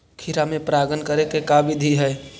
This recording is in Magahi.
खिरा मे परागण करे के का बिधि है?